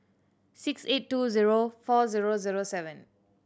six eight two zero four zero zero seven